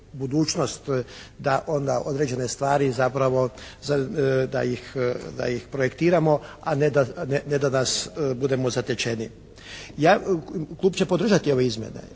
da onda određene stvari zapravo, da ih projektiramo, a ne da danas budemo zatečeni. Klub će podržati ove izmjene,